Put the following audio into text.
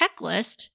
checklist